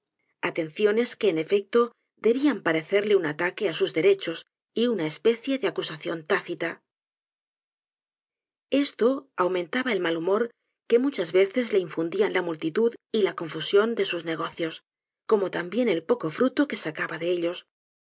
atenciones que en efecto debían parecerle un ataque á sus derechos y una especie de acusación tácita esto aumentaba el mal humor que muchas veces le i n fundían la multitud y la confusión da sus negocios como también el poco fruto que sacaba de ellos